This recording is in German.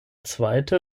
zweite